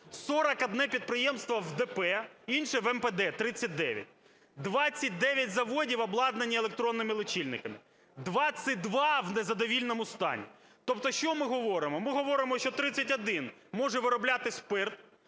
41 підприємство – в ДП, інші – в МПД, 39. 29 заводів обладнані електронними лічильниками, 22 – в незадовільному стані. Тобто що ми говоримо? Ми говоримо, що 31 може виробляти спирт,